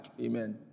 Amen